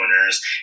owners